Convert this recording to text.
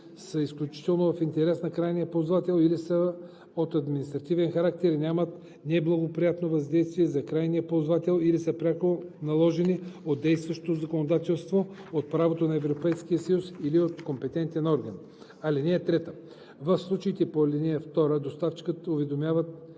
са изключително в интерес на крайния ползвател или са от административен характер и нямат неблагоприятно въздействие за крайния ползвател, или са пряко наложени от действащото законодателство, от правото на Европейския съюз или от компетентен орган. (3) В случаите по ал. 2 доставчиците уведомяват